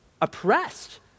oppressed